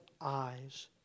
eyes